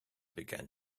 began